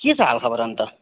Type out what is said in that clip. के छ हालखबर अन्त